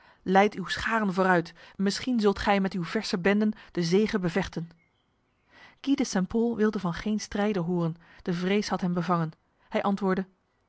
leid uw scharen vooruit misschien zult gij met uw verse benden de zege bevechten guy de st pol wilde van geen strijden horen de vrees had hem bevangen hij antwoordde